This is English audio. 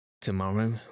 Tomorrow